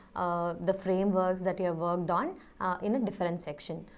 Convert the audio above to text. ah the frameworks that you have worked on in a different and section.